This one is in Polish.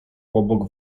pobok